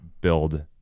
build